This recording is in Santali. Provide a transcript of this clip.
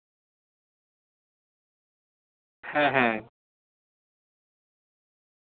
ᱦᱮᱸ ᱦᱮᱸ